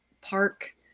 park